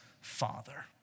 father